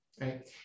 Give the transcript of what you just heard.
right